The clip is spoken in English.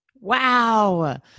Wow